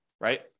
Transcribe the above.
right